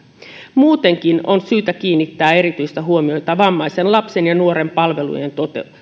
muutenkin on syytä kiinnittää erityistä huomiota vammaisen lapsen ja nuoren palvelujen